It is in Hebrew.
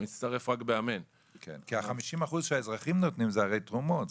כי ה-50% שהאזרחים נותנים זה הרי תרומות,